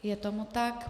Je tomu tak.